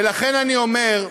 ולכן אני אומר,